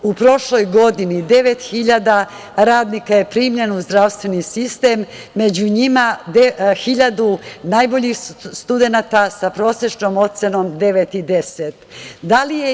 U prošloj godini 9.000 radnika je primljeno u zdravstveni sistem, među njima 1.000 najboljih studenata, sa prosečnom ocenom 9 i 10.